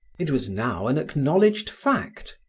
it was now an acknowledged fact.